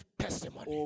testimony